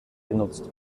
genutzt